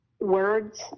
words